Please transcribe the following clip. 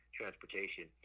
transportation